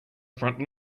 front